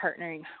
partnering